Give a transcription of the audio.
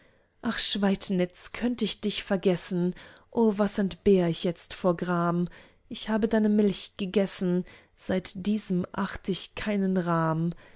ach schweidnitz könnt ich dich vergessen o was entbehrt ich jetzt vor gram ich habe deine milch gegessen seit diesem acht ich keinen rahm